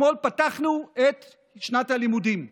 אתמול פתחנו את שנת הלימודים וראינו,